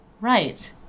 Right